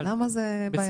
למה זה בעייתי?